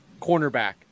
Cornerback